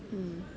mm